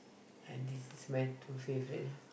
ah this is my two favourite lah